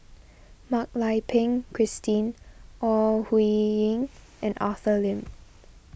Mak Lai Peng Christine Ore Huiying and Arthur Lim